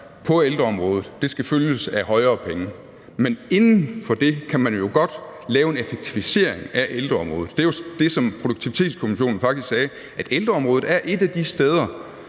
på ældreområdet skal følges af flere penge, men inden for det kan man jo godt lave en effektivisering af ældreområdet. Det er jo det, som Produktivitetskommissionen faktisk sagde, altså at ældreområdet er et af de steder,